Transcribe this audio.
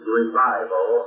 revival